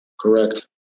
Correct